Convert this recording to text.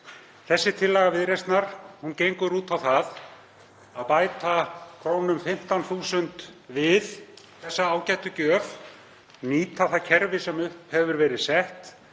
Þessi tillaga Viðreisnar gengur út á það að bæta 15.000 kr. við þessa ágætu gjöf, nýta það kerfi sem upp hefur verið sett,